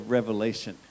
Revelation